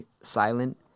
silent